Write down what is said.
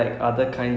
ya